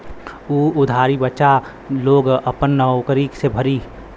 उ उधारी बच्चा लोग आपन नउकरी से भरी